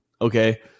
okay